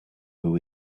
who